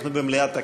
אנחנו במליאת הכנסת.